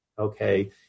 Okay